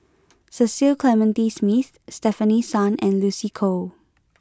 Cecil Clementi Smith Stefanie Sun and Lucy Koh